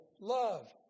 love